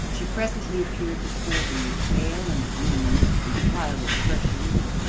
she presently appeared before him with pail and broom and a pile of fresh linen.